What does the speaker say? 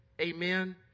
Amen